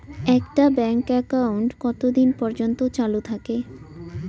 একটা bank account কতদিন পর্যন্ত চালু থাকে?